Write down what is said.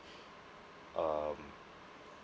um